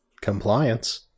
Compliance